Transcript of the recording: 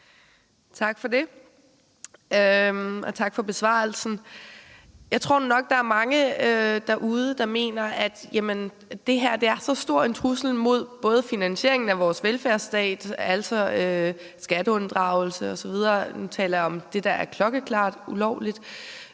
Tak for det, og tak for besvarelsen. Jeg tror nu nok, at der er mange derude, der mener, at det her er en stor trussel mod finansieringen af vores velfærdsstat, altså skatteunddragelse osv., og nu taler jeg både om det, der er klokkeklart ulovligt,